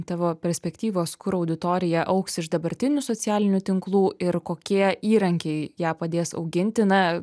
tavo perspektyvos kur auditorija augs iš dabartinių socialinių tinklų ir kokie įrankiai ją padės auginti na